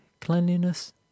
cleanliness